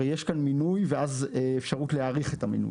הרי יש כאן מינוי, ואז אפשרות להאריך את המינוי.